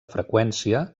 freqüència